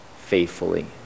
faithfully